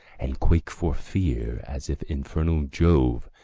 and quake for fear, as if infernal jove,